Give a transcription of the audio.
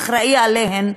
האחראי עליהן,